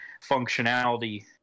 functionality